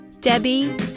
Debbie